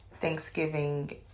Thanksgiving